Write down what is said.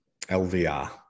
LVR